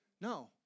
No